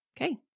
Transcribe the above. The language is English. Okay